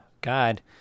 God